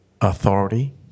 authority